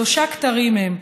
שלושה כתרים הם,